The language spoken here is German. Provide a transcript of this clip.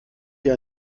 hier